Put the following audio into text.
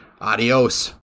Adios